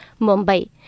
Mumbai